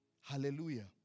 Hallelujah